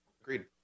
agreed